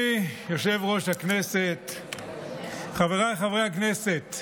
היושב-ראש, חבריי חברי הכנסת,